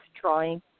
trying